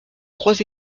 trois